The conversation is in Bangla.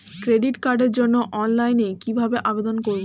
ক্রেডিট কার্ডের জন্য অনলাইনে কিভাবে আবেদন করব?